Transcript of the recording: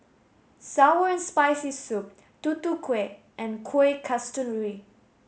sour and spicy soup Tutu Kueh and Kuih Kasturi